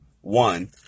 one